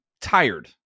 tired